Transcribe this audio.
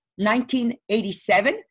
1987